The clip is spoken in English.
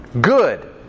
Good